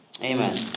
Amen